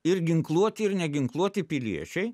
ir ginkluoti ir neginkluoti piliečiai